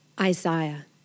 Isaiah